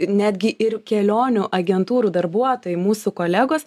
netgi ir kelionių agentūrų darbuotojai mūsų kolegos